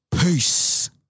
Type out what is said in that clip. Peace